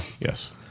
Yes